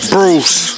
Bruce